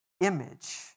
image